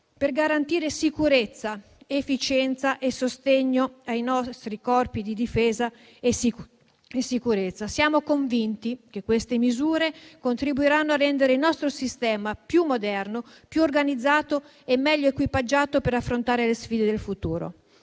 per garantire sicurezza, efficienza e sostegno ai nostri corpi di difesa e sicurezza. Siamo convinti che queste misure contribuiranno a rendere il nostro sistema più moderno, più organizzato e meglio equipaggiato per affrontare le sfide del futuro.